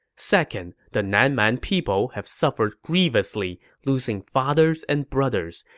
second, the nan man people have suffered grievously, losing fathers and brothers.